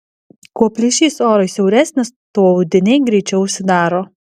kuo plyšys orui siauresnis tuo audiniai greičiau užsidaro